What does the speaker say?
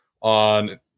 on